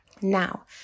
Now